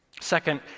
Second